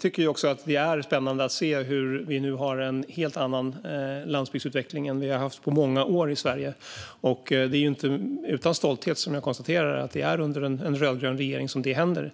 tycker också att det är spännande att se hur vi nu har en helt annan landsbygdsutveckling än vad vi haft på många år i Sverige. Det är inte utan stolthet jag konstaterar att det är under en rödgrön regering som det händer.